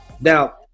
Now